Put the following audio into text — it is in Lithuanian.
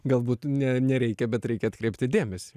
galbūt ne nereikia bet reikia atkreipti dėmesį